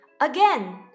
Again